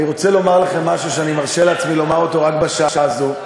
אני רוצה לומר לכם משהו שאני מרשה לעצמי לומר רק בשעה הזאת.